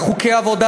וחוקי עבודה?